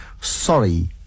sorry